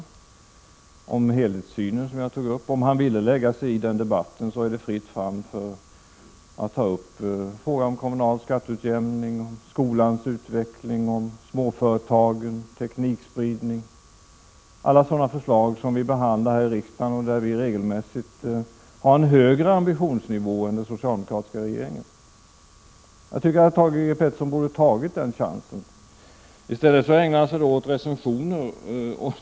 Jag tog upp helhetssynen, och om Thage G. Peterson vill lägga sig i den debatten, så är det fritt fram att ta upp frågorna om kommunal skatteutjämning, skolans utveckling, småföretag, teknikspridning och alla sådana förslag som vi behandlar här i riksdagen och där vi regelmässigt har en högre ambitionsnivå än den socialdemokratiska regeringen. Jag tycker att Thage G.: Peterson borde ta chansen att diskutera detta. I stället ägnar han sig åt recensioner.